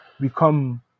become